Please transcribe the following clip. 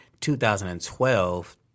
2012